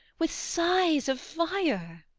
with sighs of fire.